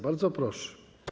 Bardzo proszę.